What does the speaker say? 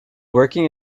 working